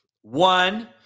One